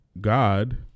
God